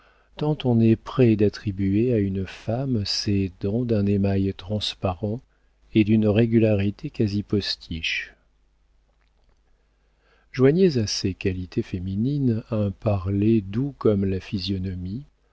on est près d'attribuer à une femme ses dents d'un émail transparent et d'une régularité quasi postiche joignez à ces qualités féminines un parler doux comme la physionomie